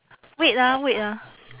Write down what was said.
wait ah wait ah